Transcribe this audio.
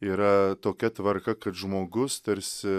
yra tokia tvarka kad žmogus tarsi